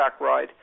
ride